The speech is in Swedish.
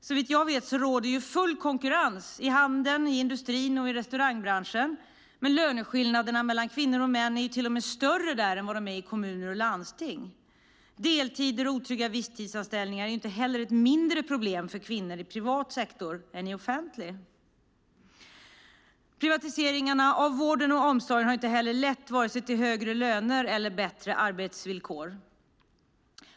Såvitt jag vet råder nämligen full konkurrens i handeln, industrin och restaurangbranschen, men löneskillnaderna mellan kvinnor och män är till och med större där än vad de är i kommuner och landsting. Deltider och otrygga visstidsanställningar är inte heller ett mindre problem för kvinnor i privat sektor än i offentlig. Privatiseringarna av vården och omsorgen har alltså inte lett till vare sig högre löner eller bättre arbetsvillkor.